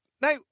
Now